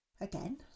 Again